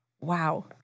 Wow